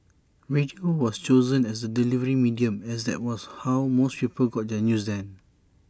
radio was chosen as the delivery medium as that was how most people got their news then